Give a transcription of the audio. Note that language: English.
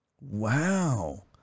Wow